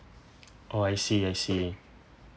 oh I see I see